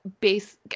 base